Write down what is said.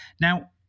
now